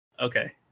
okay